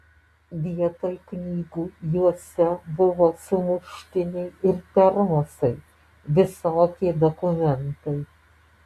vietoj knygų juose buvo sumuštiniai ir termosai visokie dokumentai